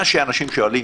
מה שאנשים שואלים: